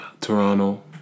Toronto